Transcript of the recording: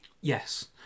Yes